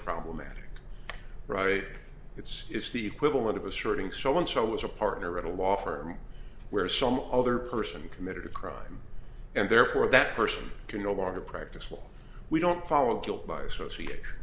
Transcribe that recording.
problematic right it's it's the equivalent of asserting so and so was a partner at a law firm where some other person committed a crime and therefore that person can no longer practice law we don't follow guilt by association